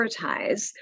prioritize